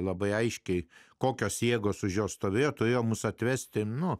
labai aiškiai kokios jėgos už jo stovėjo turėjo mus atvesti nu